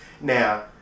Now